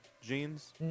jeans